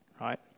right